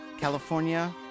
California